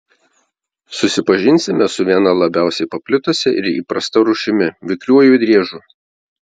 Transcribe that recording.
susipažinsime su viena labiausiai paplitusia ir įprasta rūšimi vikriuoju driežu